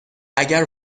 اگر